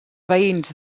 veïns